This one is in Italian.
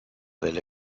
delle